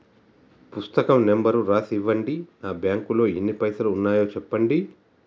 పుస్తకం నెంబరు రాసి ఇవ్వండి? నా బ్యాంకు లో ఎన్ని పైసలు ఉన్నాయో చెప్పండి?